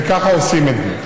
וככה עושים את זה.